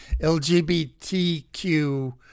LGBTQ